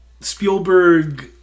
Spielberg